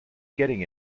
getting